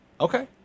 Okay